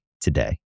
today